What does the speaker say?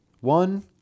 One